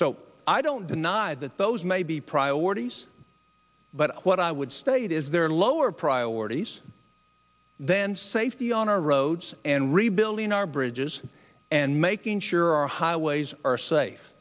so i don't deny that those may be priorities but what i would state is there are lower priorities than safety on our roads and rebuilding our bridges and making sure our highways are safe